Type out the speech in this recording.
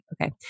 Okay